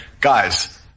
guys